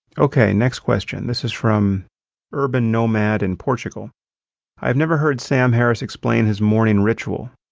okay, next question. this is from urban nomad in portugal i have never heard sam harris explain his morning ritual.